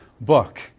book